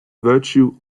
virtue